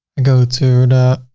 and go to